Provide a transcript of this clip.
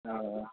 औ औ